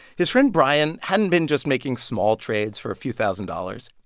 his friend bryan hadn't been just making small trades for a few thousand dollars.